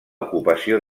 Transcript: ocupació